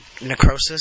necrosis